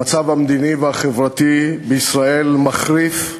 המצב המדיני והחברתי בישראל מחריף,